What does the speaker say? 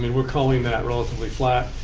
we're calling that relatively flat,